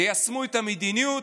תיישמו את המדיניות,